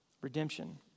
redemption